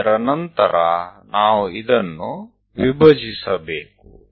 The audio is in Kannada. ಅದರ ನಂತರ ನಾವು ಇದನ್ನು ವಿಭಜಿಸಬೇಕು